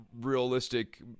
realistic